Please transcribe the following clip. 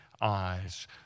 eyes